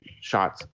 shots